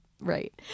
Right